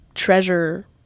treasure